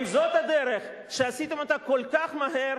אם זאת הדרך שעשיתם כל כך מהר,